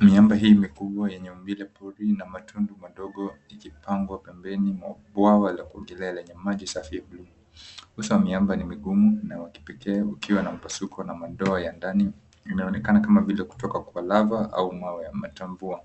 Mvumbe hii mikubwa yenye maumbile porini na matundu madogo ikipangwa pembeni mwa bwawa la kuongelea , lenye maji safi ya buluu. Miamba ni migumu na ya kipekee ukiwa na mpasuko madoa ya ndani inaonekana kama vile kutoka kwa lava ama mawe ya matamvua.